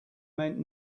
meant